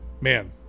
man